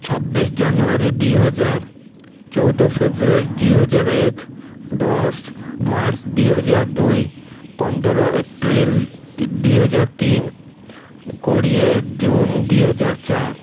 ଛବିଶ ଜାନୁଆରୀ ଦୁଇହଜାର ଚଉଦ ଫେବୃଆରୀ ଦୁଇହଜାର ଏକ ଦଶ ମାର୍ଚ୍ଚ ଦୁଇହଜାର ଦୁଇ ପନ୍ଦର ଏପ୍ରିଲ୍ ଦୁଇହଜାର ତିନି କୋଡ଼ିଏ ଜୁନ୍ ଦୁଇହଜାର ଚାରି